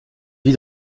vit